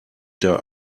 der